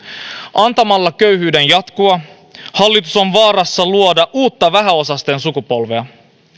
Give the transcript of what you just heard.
antamalla köyhyyden jatkua hallitus on vaarassa luoda uutta vähäosaisten sukupolvea